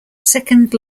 second